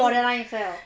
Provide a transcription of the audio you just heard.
borderline fail